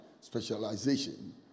specialization